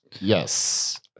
Yes